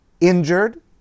injured